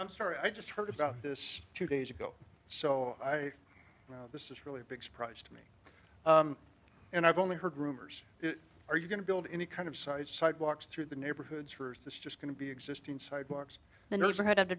i'm sorry i just heard about this two days ago so i know this is really a big surprise to me and i've only heard rumors are you going to build any kind of site sidewalks through the neighborhoods for it's just going to be existing sidewalks the nose ahead